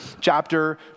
chapter